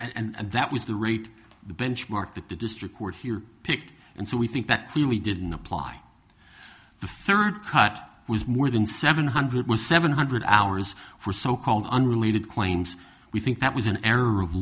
because and that was the rate the benchmark that the district court here picked and so we think that clearly didn't apply the third cut was more than seven hundred was seven hundred hours for so called unrelated claims we think that was an error of